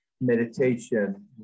meditation